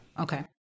okay